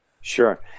Sure